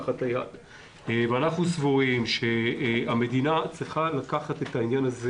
אנחנו סבורים שהמדינה צריכה לקחת את העניין הזה